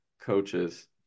coaches